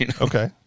Okay